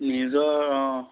নিজৰ অঁ